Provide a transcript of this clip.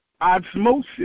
osmosis